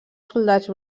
soldats